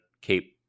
keep